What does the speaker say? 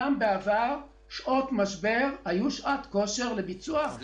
גם בעבר שעות משבר היו שעות כושר לביצוע רפורמות --- סליחה,